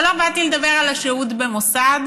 אבל לא באתי לדבר על השהות במוסד,